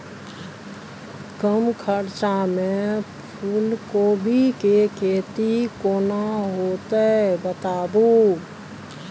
कम खर्चा में फूलकोबी के खेती केना होते बताबू?